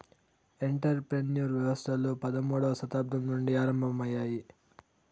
enter ప్రెన్యూర్ వ్యవస్థలు పదమూడవ శతాబ్దం నుండి ఆరంభమయ్యాయి